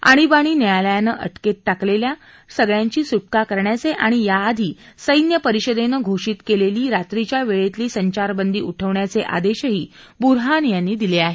आणिबाणी न्यायालयानं अटकेत टाकेलेल्या सगळ्यांची सुटका करण्याचे आणि याआधी सैन्य परिषदेनं घोषित केलेली रात्रीघ्या वेळेतली संचारबंदी उठवण्याचे आदेशही बुरहान यांनी दिले आहेत